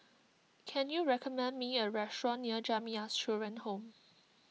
can you recommend me a restaurant near Jamiyah Children's Home